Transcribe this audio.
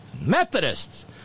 Methodists